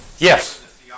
Yes